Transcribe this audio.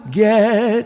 get